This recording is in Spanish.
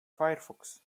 firefox